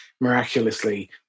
Miraculously